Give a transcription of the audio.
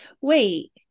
Wait